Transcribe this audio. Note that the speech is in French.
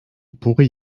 pourrait